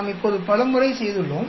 நாம் இப்போது பல முறை செய்துள்ளோம்